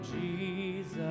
jesus